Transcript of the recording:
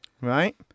Right